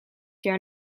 jaar